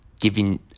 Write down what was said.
giving